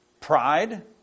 pride